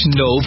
no